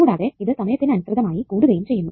കൂടാതെ ഇത് സമയത്തിന് അനുസൃതമായി കൂടുകയും ചെയ്യുന്നു